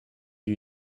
you